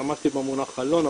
השתמשתי במונח הלא נכון,